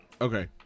Okay